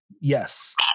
yes